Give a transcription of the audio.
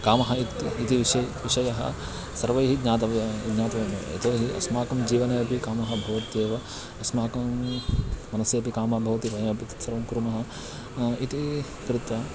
कामः इत् इति विषये विषयः सर्वैः ज्ञातव्या ज्ञातव्यमेव यतो हि अस्माकं जीवने अपि कामः भवत्येव अस्माकं मनसि अपि कामः भवति वयमपि तत् सर्वं कुर्मः इति कृत्वा